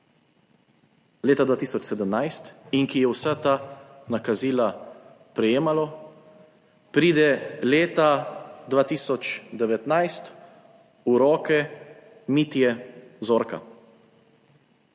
leta 2017 in ki je vsa ta nakazila prejemalo, pride leta 2019 v roke Mitje Zorka.